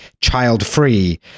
child-free